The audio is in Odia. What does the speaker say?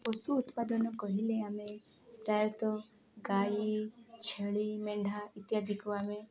ପଶୁ ଉତ୍ପାଦନ କହିଲେ ଆମେ ପ୍ରାୟତଃ ଗାଈ ଛେଳି ମେଣ୍ଢା ଇତ୍ୟାଦିକୁ ଆମେ